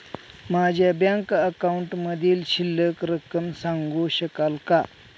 माझ्या बँक अकाउंटमधील शिल्लक रक्कम सांगू शकाल का?